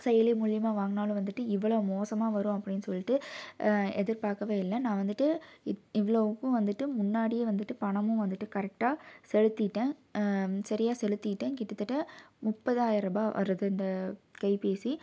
செயலி மூலிமா வாங்கினாலும் வந்துட்டு இவ்வளோ மோசமாக வரும் அப்படின் சொல்லிட்டு எதிர்பாக்கவே இல்லை நான் வந்துட்டு இத் இவ்வளோவும் வந்துட்டு முன்னாடியே வந்துட்டு பணமும் வந்துட்டு கரெக்டாக செலுத்திட்டேன் சரியாக செலுத்திட்டேன் கிட்டத்தட்ட முப்பதாயிருபா வருது இந்த கைப்பேசி